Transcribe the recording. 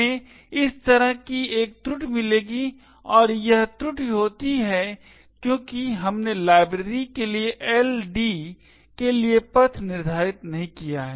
हमें इस तरह की एक त्रुटि मिलेगी और यह त्रुटि होती है क्योंकि हमने लाइब्रेरी के लिए LD के लिए पथ निर्धारित नहीं किया है